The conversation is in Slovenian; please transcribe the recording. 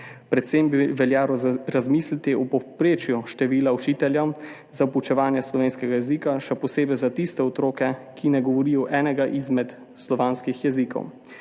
Predvsem bi veljalo razmisliti o povprečju števila učiteljev za poučevanje slovenskega jezika, še posebej za tiste otroke, ki ne govorijo enega izmed slovanskih jezikov.